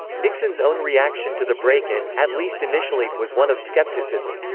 nixon's own reaction to the break-in, at least initially, was one of skepticism.